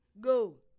Go